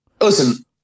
Listen